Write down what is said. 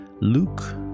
Luke